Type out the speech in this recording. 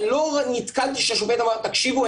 אני לא נתקלתי שהשופט אמר: תקשיבו,